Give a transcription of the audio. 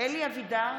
אלי אבידר,